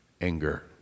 Anger